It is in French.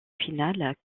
finale